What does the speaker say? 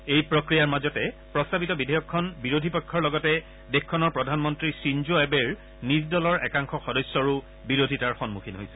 এই প্ৰক্ৰিয়াৰ মাজতে প্ৰস্তাৱিত বিধেয়কখন বিৰোধী পক্ষৰ লগতে দেশখনৰ প্ৰধানমন্ত্ৰী খিনজো এবেৰ নিজ দলৰ একাংশ সদস্যৰো বিৰোধিতাৰ সন্মুখীন হৈছে